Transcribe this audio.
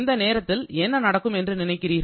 இந்த நேரத்தில் என்ன நடக்கும் என்று நினைக்கிறீர்கள்